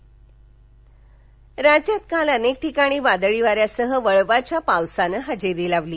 नाशिक राज्यात काल अनेक ठिकाणी वादळी वाऱ्यासह वळवाच्या पावसानं हजेरी लावली